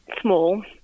small